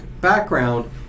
background